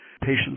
patients